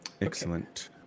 Excellent